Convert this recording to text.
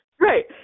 Right